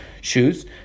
shoes